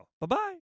bye-bye